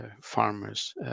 farmers